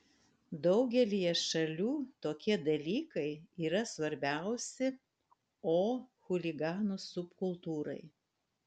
daugelyje šalių tokie dalykai yra svarbiausi o chuliganų subkultūrai